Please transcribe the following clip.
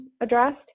addressed